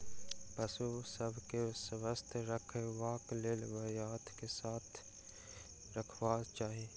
पशु सभ के स्वस्थ रखबाक लेल बथान के साफ रखबाक चाही